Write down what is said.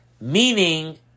Meaning